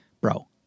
Bro